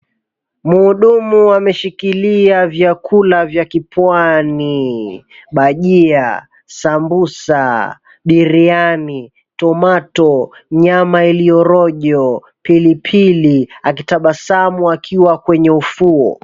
Mhudumu ameshikilia vyakula vya kipwani. Bajia, sambusa, biryani, tomato , nyama iliyo rojo, 𝑝𝑖𝑙𝑖𝑝𝑖𝑙𝑖 akitabasamu akiwa kwenye ufuo.